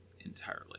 entirely